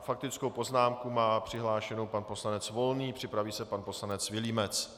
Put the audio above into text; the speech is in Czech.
Faktickou poznámku má přihlášenou pan poslanec Volný, připraví se pan poslanec Vilímec.